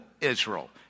Israel